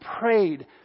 prayed